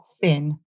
thin